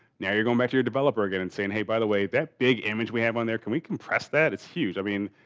now you're going back to your developer again and saying hey, by the way, that big image we have on there, can we compress that? it's huge. i mean,